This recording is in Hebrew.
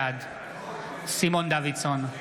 בעד סימון דוידסון,